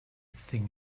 thing